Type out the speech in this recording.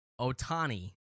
Otani